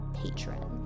patron